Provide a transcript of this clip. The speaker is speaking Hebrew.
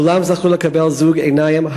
כולם זכו לקבל זוג עיניים,